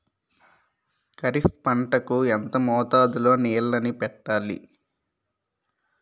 ఖరిఫ్ పంట కు ఎంత మోతాదులో నీళ్ళని పెట్టాలి?